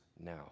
now